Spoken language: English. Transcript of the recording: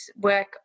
work